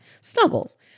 Snuggles